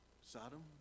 Sodom